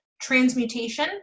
transmutation